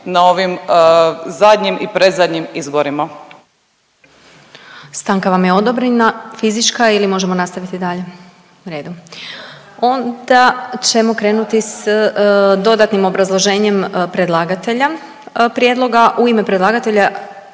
na ovim zadnjim i predzadnjim izborima. **Glasovac, Sabina (SDP)** Stanka vam je odobrena. Fizička ili možemo nastaviti dalje? U redu. Onda ćemo krenuti s dodatnim obrazloženjem predlagatelja prijedloga. U ime predlagatelja